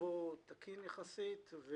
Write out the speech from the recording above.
מצבו תקין יחסית.